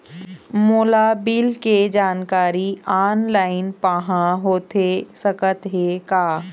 मोला बिल के जानकारी ऑनलाइन पाहां होथे सकत हे का?